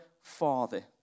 Father